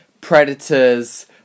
Predators